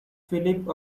philip